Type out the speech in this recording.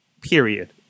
Period